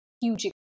huge